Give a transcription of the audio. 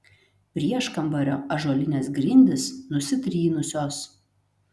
prieškambario ąžuolinės grindys nusitrynusios